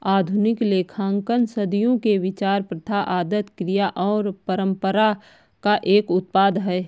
आधुनिक लेखांकन सदियों के विचार, प्रथा, आदत, क्रिया और परंपरा का एक उत्पाद है